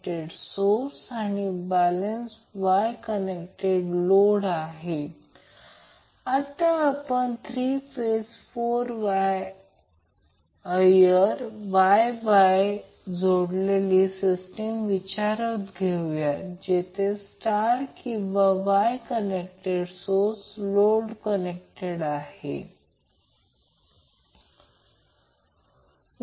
जर तशीच काही दुसरी कोणतीही गोष्ट असेल जर ती समान असेल तर ती अशीच असेल ज्याला आपण तत्त्वज्ञान म्हणतो म्हणून अँगल 240° समजा त्याला 1 ने गुणाकार केला आहे तर तो अँगल 360° आहे